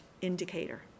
indicator